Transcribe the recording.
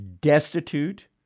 destitute